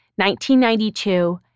1992